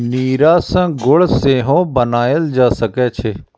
नीरा सं गुड़ सेहो बनाएल जा सकै छै